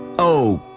oh,